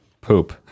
poop